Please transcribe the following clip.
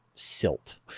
silt